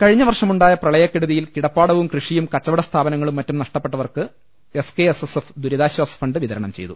കഴിഞ്ഞാവർഷമുണ്ടായ പ്രളയക്കെടുതിയിൽ കിടപ്പാടവും കൃഷിയും കച്ചവട സ്ഥാപനങ്ങളും മറ്റും നഷ്ടപ്പെട്ടവർക്ക് S K S S F ദുരിതാശ്ചാസ ഫണ്ട് വിതരണം ചെയ്തു